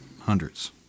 hundreds